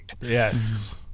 yes